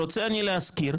רוצה אני להזכיר,